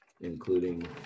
including